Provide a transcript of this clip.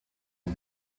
und